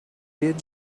did